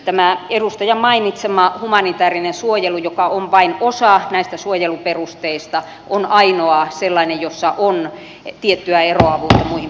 tämä edustajan mainitsema humanitaarinen suojelu joka on vain osa näistä suojeluperusteista on ainoa sellainen jossa on tiettyä eroavuutta muihin